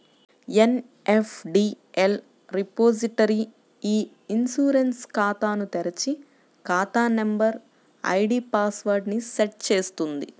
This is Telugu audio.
ఎన్.ఎస్.డి.ఎల్ రిపోజిటరీ ఇ ఇన్సూరెన్స్ ఖాతాను తెరిచి, ఖాతా నంబర్, ఐడీ పాస్ వర్డ్ ని సెట్ చేస్తుంది